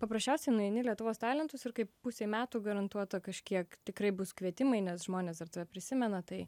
paprasčiausiai nueini į lietuvos talentus ir kaip pusei metų garantuota kažkiek tikrai bus kvietimai nes žmonės dar tave prisimena tai